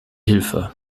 hilfe